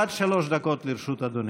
עד שלוש דקות לרשות אדוני.